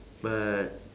but